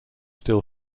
still